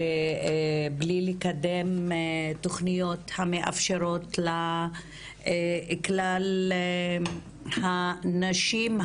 בלי לקדם תוכניות שמאפשרות לכלל הנשים,